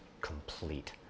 complete